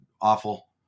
awful